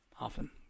often